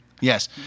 Yes